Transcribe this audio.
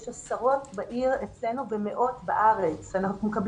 יש עשרות בעיר אצלנו ומאות בארץ ואנחנו כל